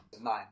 Nine